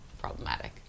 problematic